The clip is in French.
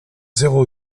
zéro